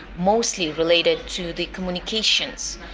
mostly related to the communications,